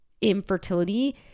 infertility